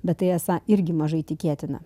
bet tai esą irgi mažai tikėtina